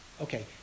okay